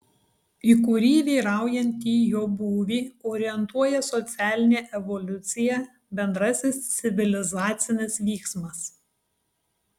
į kurį vyraujantį jo būvį orientuoja socialinė evoliucija bendrasis civilizacinis vyksmas